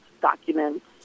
documents